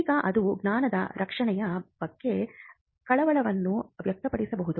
ಈಗ ಅದು ಜ್ಞಾನದ ರಕ್ಷಣೆಯ ಬಗ್ಗೆ ಕಳವಳವನ್ನು ವ್ಯಕ್ತಪಡಿಸಬಹುದು